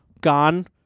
gone